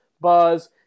buzz